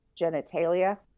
genitalia